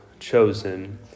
chosen